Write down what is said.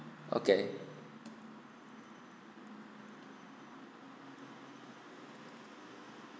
okay